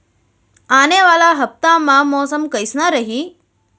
आने वाला हफ्ता मा मौसम कइसना रही?